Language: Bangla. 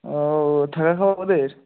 ও থাকা খাওয়া ওদের